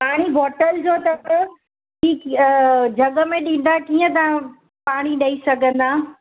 पाणी बॉटल जो अथव की जॻ में ॾींदा कीअं तव्हां पाणी ॾेई सघंदा